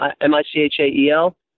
M-I-C-H-A-E-L